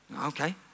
Okay